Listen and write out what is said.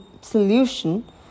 solution